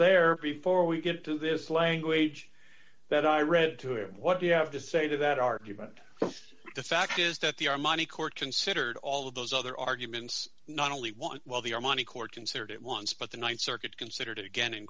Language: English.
there before we get to this language that i read to hear what you have to say to that argument the fact is that the our money court considered all of those other arguments not only one while the our money court considered it once but the th circuit considered again